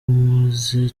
maze